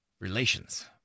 Relations